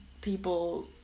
people